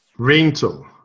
Rental